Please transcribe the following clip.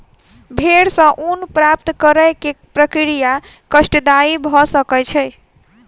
भेड़ सॅ ऊन प्राप्त करै के प्रक्रिया कष्टदायी भ सकै छै